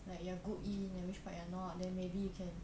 like you are good in and which part you are not then maybe you can